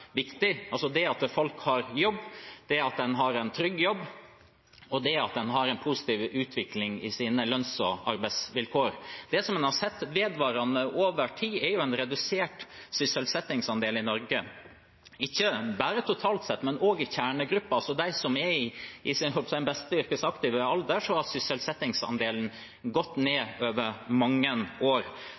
altså det at folk har jobb, det at en har en trygg jobb, og det at en har en positiv utvikling i sine lønns- og arbeidsvilkår. Det som en har sett vedvarende over tid, er en redusert sysselsettingsandel i Norge, ikke bare totalt sett, men også i kjernegrupper. Blant dem som er i sin – jeg holdt på å si – beste yrkesaktive alder, har sysselsettingsandelen gått ned over mange år.